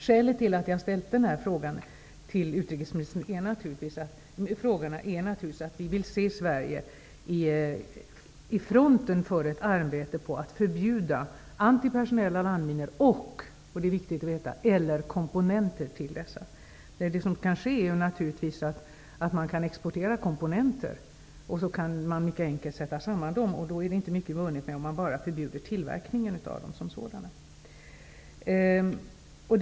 Skälet till att jag har framställt denna interpellation är naturligtvis att vi vill se Sverige i fronten för ett arbete på att förbjuda antipersonella landminor och -- detta är viktigt -- komponenter till dessa. Man kan naturligtvis exportera komponenter och mycket enkelt sätta samman dem, och då är det inte mycket vunnet med att bara förbjuda tillverkningen av minor.